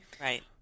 right